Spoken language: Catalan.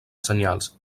senyals